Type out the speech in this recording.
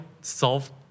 solve